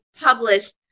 published